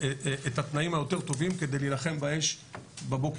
התנאים היותר טובים כדי להילחם באש בבוקר.